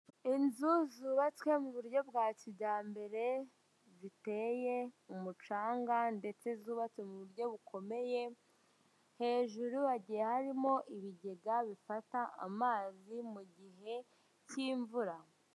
Inzu zubatswe mu buryo bwa kijyambere ziteye umucanga ndetse zubatse mu buryo bukomeye hejuru hagiye harimo ibigega bifata amazi mu gihe cy'imvura .